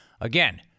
Again